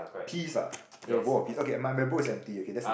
peas ah your bowl of pea okay my my bowl is empty okay that's a